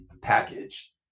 package